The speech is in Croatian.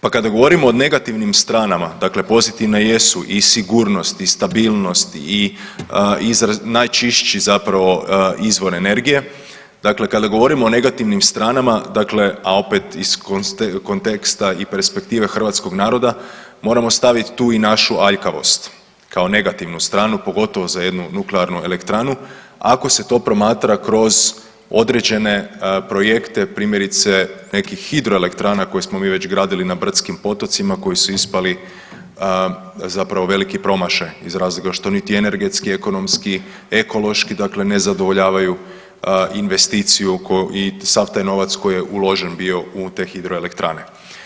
Pa kada govorimo o negativnim stranama dakle pozitivne jesu i sigurnosti i stabilnosti i najčišći zapravo izvor energije, dakle kada govorimo o negativnim stranama dakle a opet iz konteksta i perspektive hrvatskog naroda moramo staviti tu i našu aljkavost kao negativnu stranu pogotovo za jednu nuklearnu elektranu ako se to promatra kroz određene projekte primjerice nekih hidroelektrana koje smo mi već gradili na brdskim potocima koji su ispali zapravo veliki promašaj iz razloga što niti energetski, ekonomski, ekološki dakle ne zadovoljavaju investiciju i sav taj novac koji je uložen bio u te hidroelektrane.